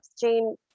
Jane